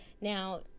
now